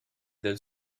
del